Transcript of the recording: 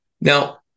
now